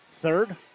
third